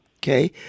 Okay